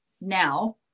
now